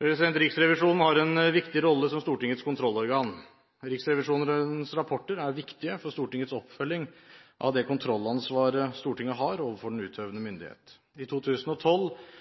Riksrevisjonen har en viktig rolle som Stortingets kontrollorgan. Riksrevisjonens rapporter er viktige for Stortingets oppfølging av det kontrollansvaret Stortinget har overfor den utøvende myndighet. I 2012